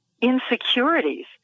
insecurities